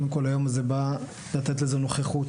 קודם כל היום הזה בא לתת לזה נוכחות.